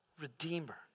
Redeemer